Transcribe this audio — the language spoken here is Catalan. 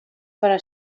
però